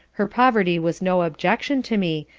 her poverty was no objection to me,